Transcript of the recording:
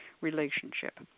relationship